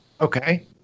Okay